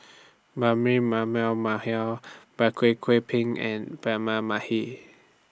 Mallal Kwek Kwek Png and Braema Mathi